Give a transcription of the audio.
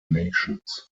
nations